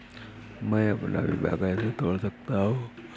मैं अपना बीमा कैसे तोड़ सकता हूँ?